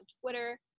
Twitter